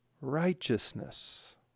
righteousness